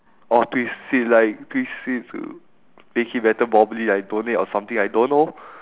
or twist it like twist it to A_K_A better probably like donate or something I don't know